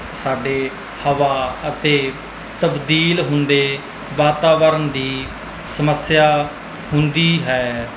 ਸਾਡੇ ਹਵਾ ਅਤੇ ਤਬਦੀਲ ਹੁੰਦੇ ਵਾਤਾਵਰਨ ਦੀ ਸਮੱਸਿਆ ਹੁੰਦੀ ਹੈ